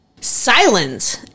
Silence